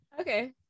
Okay